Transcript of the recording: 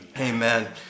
Amen